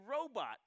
robot